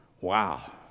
Wow